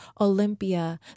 Olympia